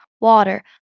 water